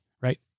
right